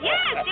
Yes